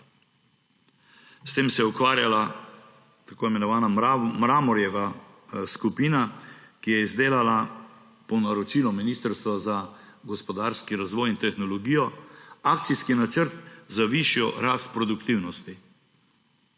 S tem se je ukvarjala tako imenovana Mramorjeva skupina, ki je izdelala po naročilu Ministrstva za gospodarski razvoj in tehnologijo akcijski načrt za višjo rast produktivnosti.